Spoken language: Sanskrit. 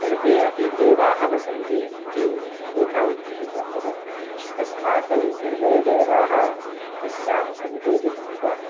सर्वे अपि देवाः वसन्ति इति एका उक्तिः वर्तते तस्मात् सर्वे देवाः तस्यां सन्तीति कृत्वा